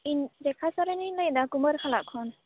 ᱤᱧ ᱨᱮᱠᱷᱟ ᱥᱚᱨᱮᱱᱤᱧ ᱞᱟᱹᱭᱮᱫᱟ ᱠᱩᱢᱟᱹᱨ ᱦᱟᱞᱟᱜ ᱠᱷᱚᱱ